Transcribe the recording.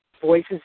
voices